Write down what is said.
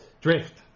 Drift